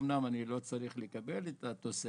אומנם אני לא צריך לקבל את התוספת,